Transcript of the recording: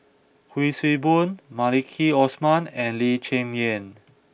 Kuik Swee Boon Maliki Osman and Lee Cheng Yan